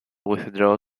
withdraw